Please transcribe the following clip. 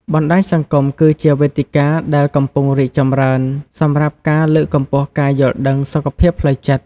បណ្តាញសង្គមគឺជាវេទិកាដែលកំពុងរីកចម្រើនសម្រាប់ការលើកកម្ពស់ការយល់ដឹងសុខភាពផ្លូវចិត្ត។